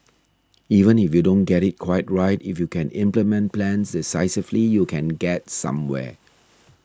even if you don't get it quite right if you can implement plans decisively you can get somewhere